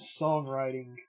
songwriting